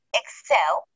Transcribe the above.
excel